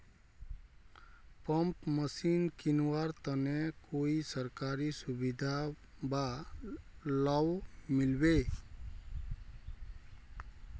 Pump machine किनवार तने कोई सरकारी सुविधा बा लव मिल्बी?